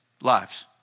lives